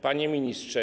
Panie Ministrze!